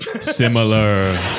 similar